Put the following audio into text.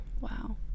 wow